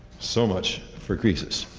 so much for croesus.